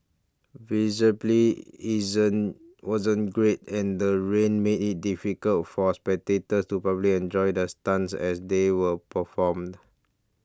visibly isn't wasn't great and the rain made it difficult for spectators to properly enjoy the stunts as they were performed